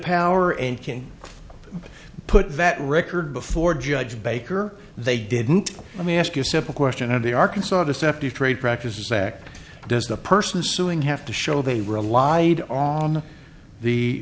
power and can put that record before judge baker they didn't let me ask a simple question of the arkansas deceptive trade practices act does the person suing have to show they relied on the